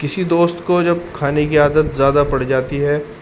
کسی دوست کو جب کھانے کی عادت زیادہ پڑ جاتی ہے